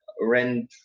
rent